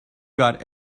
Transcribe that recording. got